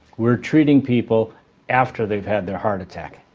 we're treating people after they've had their heart attack,